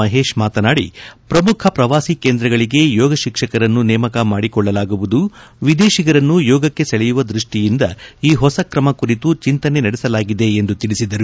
ಮಹೇಶ್ ಮಾತನಾಡಿ ಪ್ರಮುಖ ಪ್ರವಾಸಿ ಕೇಂದ್ರಗಳಿಗೆ ಯೋಗ ಶಿಕ್ಷಕರನ್ನು ನೇಮಕ ಮಾಡಿಕೊಳ್ಳಲಾಗುವುದು ವಿದೇತಿಗರನ್ನು ಯೋಗಕ್ಕೆ ಸೆಳೆಯುವ ದೃಷ್ಟಿಯಿಂದ ಈ ಹೊಸ ಕ್ರಮ ಕುರಿತು ಚಿಂತನೆ ನಡೆಸಲಾಗಿದೆ ಎಂದು ತಿಳಿಸಿದರು